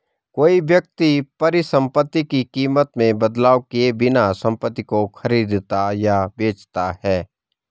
कोई व्यक्ति परिसंपत्ति की कीमत में बदलाव किए बिना संपत्ति को खरीदता या बेचता है